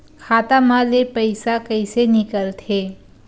खाता मा ले पईसा कइसे निकल थे?